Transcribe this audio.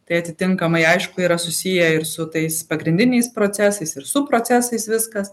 tai atitinkamai aišku yra susiję ir su tais pagrindiniais procesais ir su procesais viskas